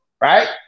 right